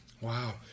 Wow